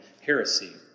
heresy